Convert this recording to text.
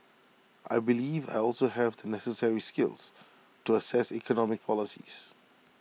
I believe I also have the necessary skills to assess economic policies